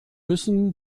müssen